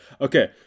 Okay